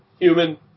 Human